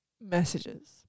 messages